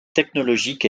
technologique